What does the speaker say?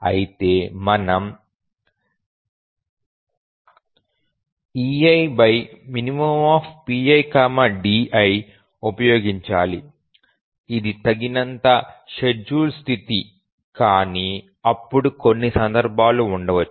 pi ≠ di అయితే మనం eiminpidi ఉపయోగించాలి ఇది తగినంత షెడ్యూల్ స్థితి కానీ అప్పుడు కొన్ని సందర్భాలు ఉండవచ్చు